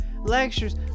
Lectures